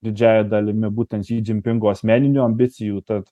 didžiąja dalimi būtent si dzinpingo asmeninių ambicijų tad